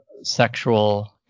sexual